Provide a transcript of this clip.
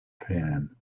pan